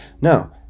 No